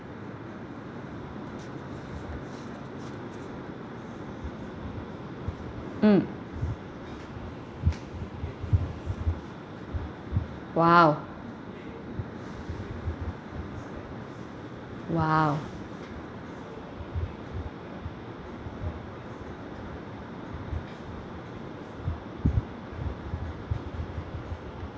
mm !wow! !wow!